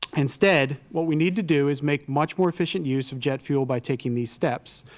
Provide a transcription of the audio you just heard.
instead, what we need to do is make much more efficient use of jet fuel by taking these steps.